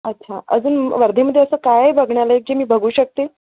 अच्छा अजून वर्धेमध्ये असं काय आहे बघण्यालायक जे मी बघू शकते